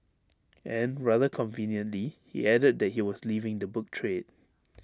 and rather conveniently he added that he was leaving the book trade